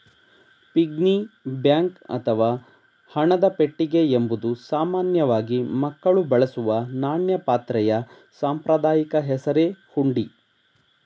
piggy bank ಅಥವಾ ಹಣದ ಪೆಟ್ಟಿಗೆ ಎಂಬುದು ಸಾಮಾನ್ಯವಾಗಿ ಮಕ್ಕಳು ಬಳಸುವ ನಾಣ್ಯ ಪಾತ್ರೆಯ ಸಾಂಪ್ರದಾಯಿಕ ಹೆಸರೇ ಹುಂಡಿ